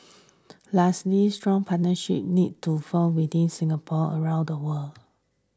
lastly strong partnerships need to forged within Singapore around the world